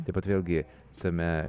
taip pat vėlgi tame